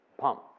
Pump